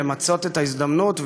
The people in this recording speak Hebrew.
למצות את ההזדמנות,